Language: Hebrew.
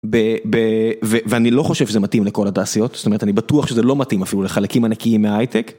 ואני לא חושב שזה מתאים לכל התעשיות, זאת אומרת אני בטוח שזה לא מתאים אפילו לחלקים ענקיים מההייטק.